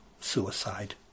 suicide